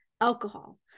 alcohol